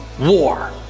War